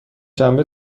شنبه